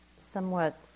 somewhat